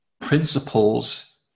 principles